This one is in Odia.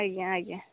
ଆଜ୍ଞା ଆଜ୍ଞା